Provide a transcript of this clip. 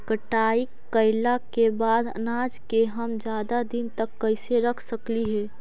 कटाई कैला के बाद अनाज के हम ज्यादा दिन तक कैसे रख सकली हे?